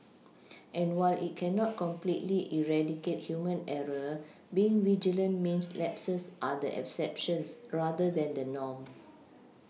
and while it cannot completely eradicate human error being vigilant means lapses are the exceptions rather than the norm